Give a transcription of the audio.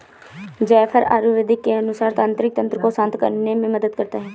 जायफल आयुर्वेद के अनुसार तंत्रिका तंत्र को शांत करने में मदद करता है